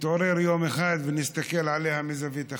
יתעוררו יום אחד, ונסתכל עליה מזווית אחרת.